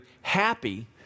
happy